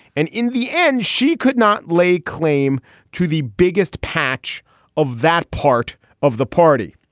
and in the end, she could not lay claim to the biggest patch of that part of the party.